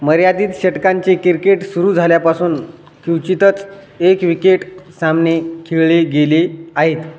मर्यादित षटकांचे किरकेट सुरू झाल्यापासून क्वचितच एक विकेट सामने खेळले गेले आहेत